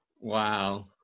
wow